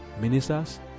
ministers